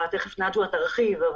- תיכף נג'ואה תרחיב,